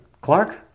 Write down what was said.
Clark